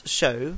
show